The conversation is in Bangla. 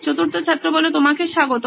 চতুর্থ ছাত্র তোমাকে স্বাগতম